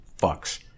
fucks